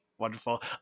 Wonderful